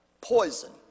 poison